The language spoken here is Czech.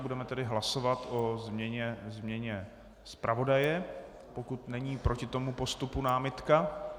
Budeme tedy hlasovat o změně zpravodaje, pokud není proti tomu postupu námitka.